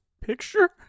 picture